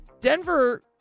Denver